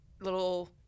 little